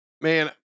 Man